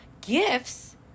gifts